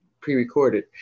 pre-recorded